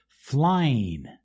flying